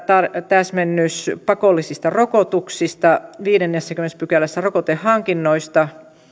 täsmennys pakollisista rokotuksista viidennessäkymmenennessä pykälässä rokotehankinnoista